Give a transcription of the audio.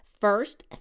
First